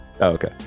Okay